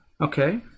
Okay